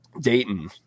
Dayton